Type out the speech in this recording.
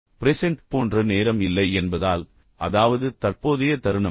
present போன்ற நேரம் இல்லை என்பதால் அதாவது தற்போதைய தருணம்